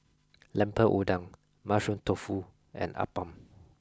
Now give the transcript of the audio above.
Lemper Udang mushroom tofu and Appam